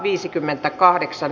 lakiehdotuksesta